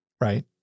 Right